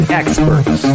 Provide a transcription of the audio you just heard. experts